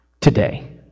Today